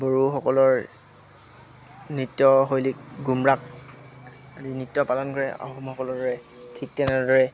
বড়োসকলৰ নৃত্যশৈলীক গোমৰাট আদি নৃত্য পালন কৰে আহোমসকলৰ দৰে ঠিক তেনেদৰে